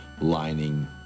lining